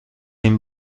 این